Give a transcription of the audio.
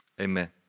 Amen